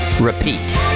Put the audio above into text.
Repeat